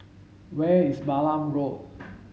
where is Balam Road